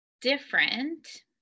different